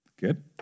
good